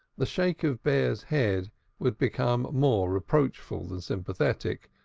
the shake of bear's head would become more reproachful than sympathetic,